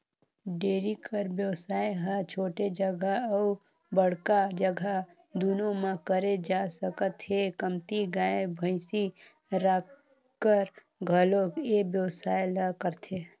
dairy कर बेवसाय ह छोटे जघा अउ बड़का जघा दूनो म करे जा सकत हे, कमती गाय, भइसी राखकर घलोक ए बेवसाय ल करथे